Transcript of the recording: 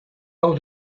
how